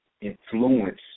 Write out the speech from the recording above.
influence